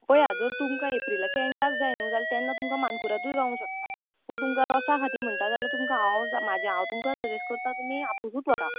पळया जर तुमकां एप्रिलाचे एंडाक जाय न्हय जाल् तेन्ना तुमकां मानकुरादूय गावोंक शकता पूण तुमकां रोसा खाती म्हणटा जाल्यार तुमकां हांव जा म्हजें हांव तुमकां सजॅस करता तुमी आपुसूत व्हरा